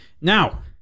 Now